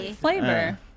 Flavor